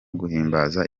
guhimbaza